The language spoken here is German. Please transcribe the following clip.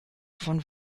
von